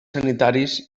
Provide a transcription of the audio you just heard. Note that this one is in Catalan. sanitaris